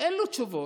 אין לו תשובות.